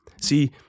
See